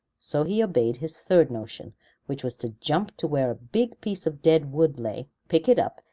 so he obeyed his third notion, which was to jump to where a big piece of dead wood lay, pick it up,